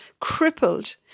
crippled